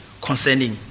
concerning